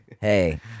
Hey